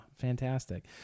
fantastic